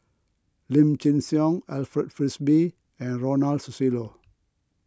Lim Chin Siong Alfred Frisby and Ronald Susilo